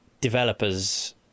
developers